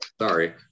Sorry